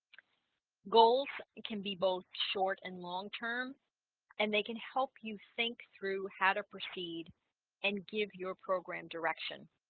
goals can be both short and long-term and they can help you think through how to proceed and give your program direction